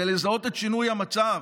ולזהות את שינוי המצב,